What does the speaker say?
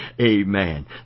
Amen